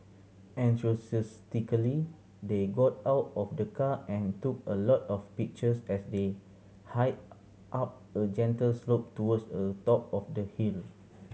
enthusiastically they got out of the car and took a lot of pictures as they hiked up a gentle slope towards a top of the hill